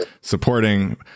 supporting